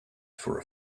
for